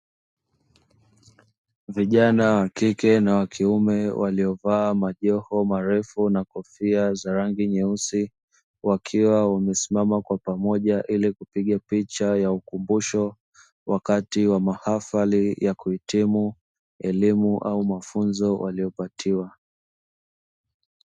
Vijana wakike na wakiume waliovaa majoho marefu na kofia za rangi nyeusi wakiwa wamesimama kwa pamoja ili kupiga picha ya ukumbusho, wakati wa mahafali ya kuhitimu elimu au mafunzo waliyopatiwa.